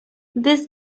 this